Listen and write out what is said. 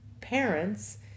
parents